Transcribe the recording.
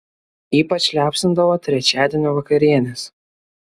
ypač liaupsindavo trečiadienio vakarienes